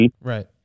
Right